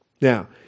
Now